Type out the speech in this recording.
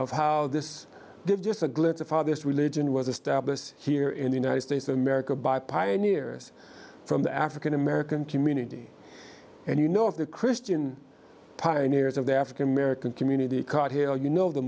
of how this they've just a glimpse of how this religion was established here in the united states of america by pioneers from the african american community and you know if the christian pioneers of the african american community caught him you know the